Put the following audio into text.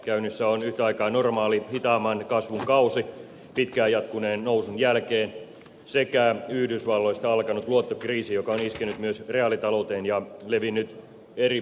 käynnissä on yhtä aikaa normaali hitaamman kasvun kausi pitkään jatkuneen nousun jälkeen sekä yhdysvalloista alkanut luottokriisi joka on iskenyt myös reaalitalouteen ja levinnyt eri puolille maailmaa